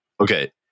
Okay